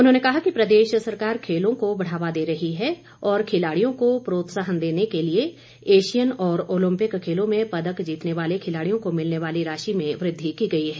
उन्होंने कहा कि प्रदेश सरकार खेलों को बढ़ावा दे रही है और खिलाड़ियों को प्रोत्साहन देने के लिए ऐशियन और ओलंपिक खेलों में पदक जीतने वाले खिलाड़ियों को मिलने वाली राशि में वृद्धि की गई है